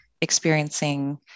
experiencing